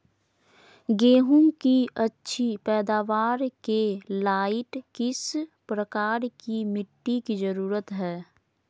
गेंहू की अच्छी पैदाबार के लाइट किस प्रकार की मिटटी की जरुरत है?